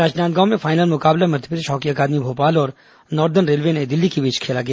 राजनांदगांव में फाइनल मुकाबला मध्यप्रदेश हॉकी अकादमी भोपाल और नार्दन रेलवे नई दिल्ली के बीच खेला गया